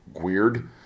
weird